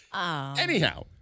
Anyhow